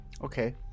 Okay